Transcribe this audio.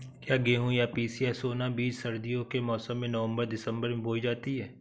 क्या गेहूँ या पिसिया सोना बीज सर्दियों के मौसम में नवम्बर दिसम्बर में बोई जाती है?